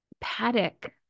paddock